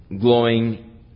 glowing